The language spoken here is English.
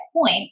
point